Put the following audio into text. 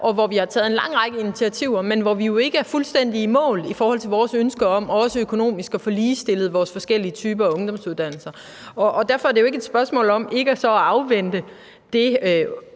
og hvor vi har taget en lang række initiativer, men hvor vi jo ikke er fuldstændig i mål i forhold til vores ønske om også økonomisk at få ligestillet vores forskellige typer af ungdomsuddannelser. Derfor er det jo ikke et spørgsmål om ikke at afvente